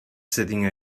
sitting